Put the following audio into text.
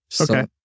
Okay